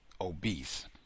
obese